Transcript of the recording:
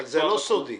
אבל הנתון הוא לא סודי.